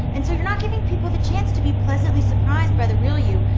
and so you're not giving people the chance to be pleasantly surprised by the real you.